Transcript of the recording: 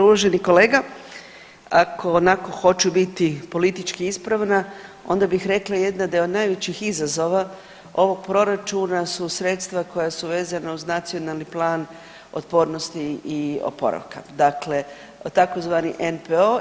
Uvaženi kolega ako onako hoću biti politički ispravna, onda bih rekla jedna da je od najvećih izazova ovog proračuna su sredstva koja su vezana uz Nacionalni plan otpornosti i oporavka, dakle tzv. NPOO.